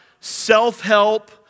self-help